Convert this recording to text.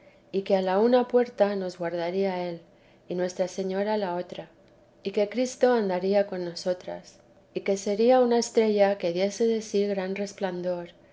y que a la una puerta nos guardaría él y nuestra señora a la otra y que cristo andaría con nosotras y que sería una estrella que diese de sí gran resplandor